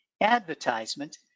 advertisement